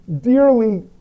dearly